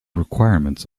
requirements